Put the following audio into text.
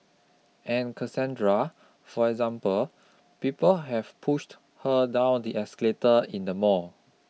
and Cassandra for example people have pushed her daw the escalator in the mall